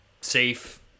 safe